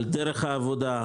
על דרך העבודה,